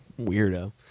weirdo